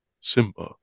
Simba